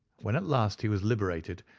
when at last he was liberated,